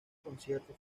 concierto